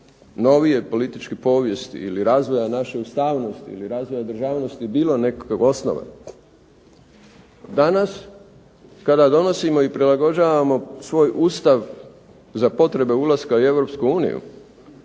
novije političke povijesti ili razvoja naše ustavnosti ili razvoja državnosti bilo nekakve osnove danas kada donosimo i prilagođavamo svoj Ustav za potrebe ulaska u EU